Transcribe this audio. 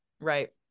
Right